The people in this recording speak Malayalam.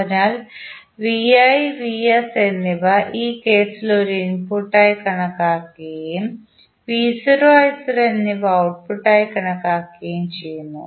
അതിനാൽ vi vs എന്നിവ ഈ കേസിൽ ഒരു ഇൻപുട്ടായി കണക്കാക്കുകയും v0 i0 എന്നിവ ഔട്ട്പുട്ട് ആയി കണക്കാക്കുകയും ചെയ്യുന്നു